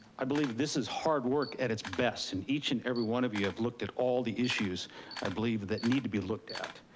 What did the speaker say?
i believe this is hard work at its best. and each and every one of you have looked at all the issues i believe that need to be looked at.